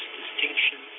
distinction